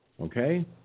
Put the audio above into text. okay